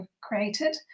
created